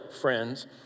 friends